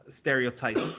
stereotypes